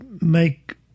make